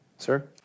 Sir